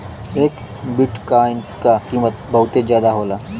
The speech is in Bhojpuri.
एक बिट्काइन क कीमत बहुते जादा होला